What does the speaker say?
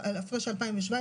ההפרש של 2017,